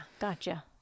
gotcha